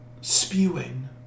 spewing